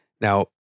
Now